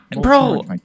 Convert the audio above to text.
Bro